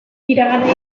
iragana